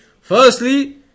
Firstly